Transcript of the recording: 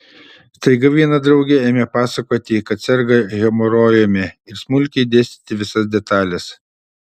staiga viena draugė ėmė pasakoti kad serga hemorojumi ir smulkiai dėstyti visas detales